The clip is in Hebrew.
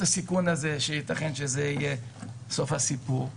הסיכון הזה שייתכן שזה יהיה סוף הסיפור,